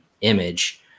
image